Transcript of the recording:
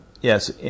Yes